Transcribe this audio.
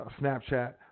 Snapchat